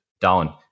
down